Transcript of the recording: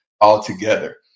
altogether